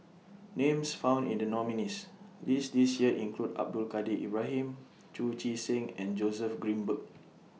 Names found in The nominees' list This Year include Abdul Kadir Ibrahim Chu Chee Seng and Joseph Grimberg